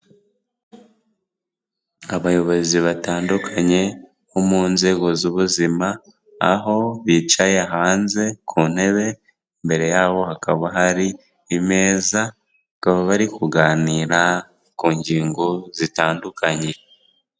Abayobozi batandukanye bo mu nzego z'ubuzima, aho bicaye hanze ku ntebe, imbere yaho hakaba hari imeza, bakaba bari kuganira ku ngingo zitandukanye.